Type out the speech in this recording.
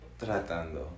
Tratando